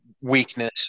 weakness